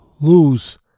lose